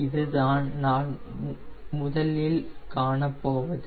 இதுதான் நாம் முதலில் காணப்போவது